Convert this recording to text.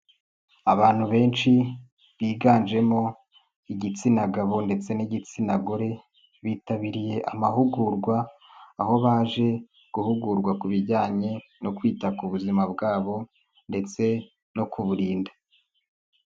Abantu benshi biganjemo igitsina gabo ndetse n'igitsina gore, bitabiriye amahugurwa aho baje guhugurwa ku bijyanye no kwita ku buzima bwabo ndetse no kuburinda.